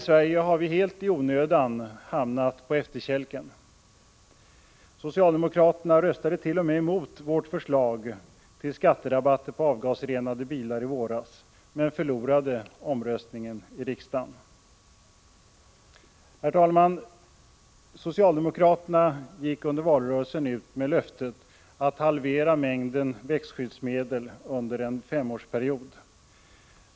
Sverige har här helt i onödan hamnat på efterkälken. Socialdemokraterna röstade i våras t.o.m. mot vårt förslag om skatterabatter på avgasrenade bilar, men förlorade omröstningen i riksdagen. Socialdemokraterna gick under valrörelsen ut med löftet att halvera mängden växtskyddsmedel under en femårsperiod.